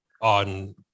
on